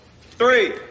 three